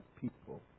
people